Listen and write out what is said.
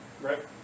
right